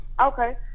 Okay